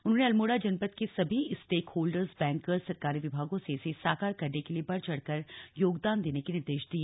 उन्होंने अल्मोड़ा जनपद के सभी स्टेक होल्डर्स बैंकर्स सरकारी विभागों से इसे साकार करने के लिए बढ़ चढ़कर योगदान देने के निर्देश दिए